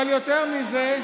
אבל יותר מזה,